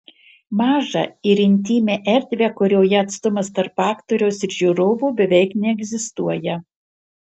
mažą ir intymią erdvę kurioje atstumas tarp aktoriaus ir žiūrovų beveik neegzistuoja